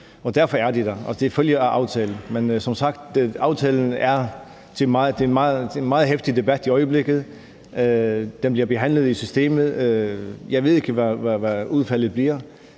Derfor er de der. Det følger af aftalen. Men som sagt er aftalen til meget heftig debat i øjeblikket. Den bliver behandlet i systemet. Jeg ved ikke, hvad udfaldet bliver.